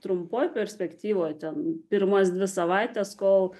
trumpoj perspektyvoj ten pirmas dvi savaites kol